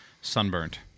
sunburned